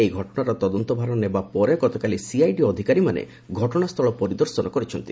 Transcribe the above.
ଏହି ଘଟଣାର ତଦନ୍ତଭାର ନେବା ପରେ ଗତକାଲି ସିଆଇଡି ଅଧିକାରୀମାନେ ଘଟଣାସ୍ଥଳ ପରିଦର୍ଶନ କରିଛନ୍ତି